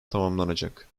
tamamlanacak